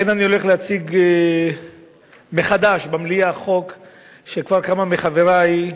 אכן אני הולך להציג מחדש במליאה חוק שכבר כמה מחברי,